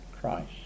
Christ